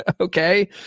okay